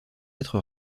être